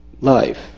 life